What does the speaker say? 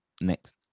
next